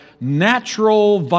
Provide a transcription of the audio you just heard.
natural